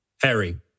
Harry